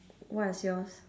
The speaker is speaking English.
what is yours